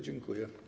Dziękuję.